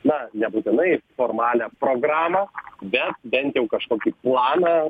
na nebūtinai formalią programą bet bent jau kažkokį planą